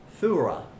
thura